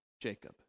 Jacob